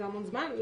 זה המון זמן?